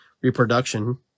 reproduction